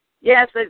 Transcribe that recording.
Yes